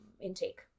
intake